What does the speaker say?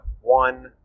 one